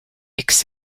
etc